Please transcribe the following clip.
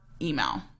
email